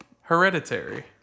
Hereditary